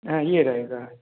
हाँ ये रहेगा